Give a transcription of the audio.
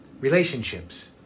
relationships